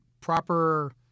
proper